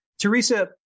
teresa